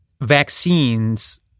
vaccines